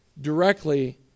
directly